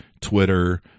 Twitter